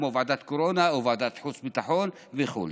כמו ועדת הקורונה או ועדת החוץ והביטחון וכו'.